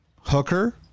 Hooker